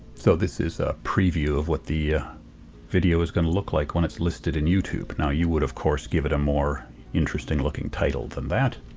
so this is a preview of what the video is going look like when it's listed in youtube. now you would, of course, give it a more interesting looking title than that.